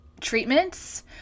treatments